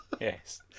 Yes